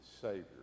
Savior